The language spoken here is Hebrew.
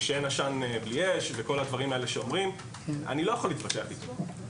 שאין עשן בלי אש וכל הדברים האלה שאומרים אני לא יכול להתווכח איתו.